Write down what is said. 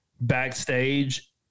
backstage